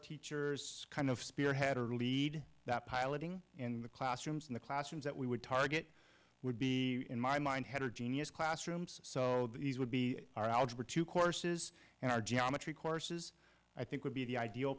teachers kind of spearhead or lead that piloting in the classrooms in the classrooms that we would target would be in my mind heterogeneous classrooms so that would be our algebra two courses and our geometry courses i think would be the ideal